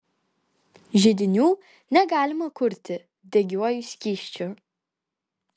židinių negalima kurti degiuoju skysčiu